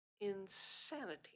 insanity